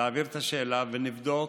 תעביר את השאלה ונבדוק.